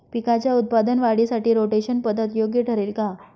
पिकाच्या उत्पादन वाढीसाठी रोटेशन पद्धत योग्य ठरेल का?